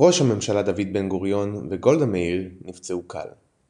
ראש הממשלה דוד בן-גוריון וגולדה מאיר נפצעו קל.